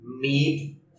meet